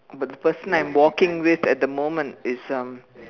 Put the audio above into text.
but the person I'm walking with at the moment is um